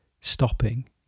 stopping